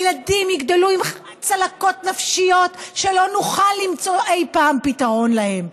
הילדים יגדלו עם צלקות נפשיות שלא נוכל למצוא אי-פעם פתרון להן,